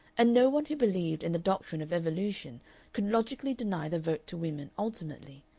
and no one who believed in the doctrine of evolution could logically deny the vote to women ultimately,